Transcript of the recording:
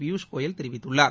பியூஷ் கோயல் தெரிவித்துள்ளார்